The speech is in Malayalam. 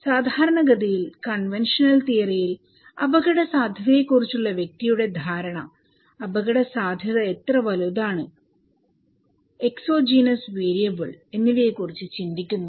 സാധാരണഗതിയിൽ കൺവെൻഷണൽ തിയറിയിൽ അപകടസാധ്യതയെക്കുറിച്ചുള്ള വ്യക്തിയുടെ ധാരണ അപകടസാധ്യത എത്ര വലുതാണ് എക്സോജീനസ് വാരിയബിൾ എന്നിവയെ കുറിച്ച് ചിന്തിക്കുന്നു